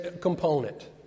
component